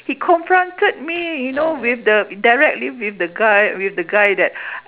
he confronted me you know with the directly with the guy with the guy that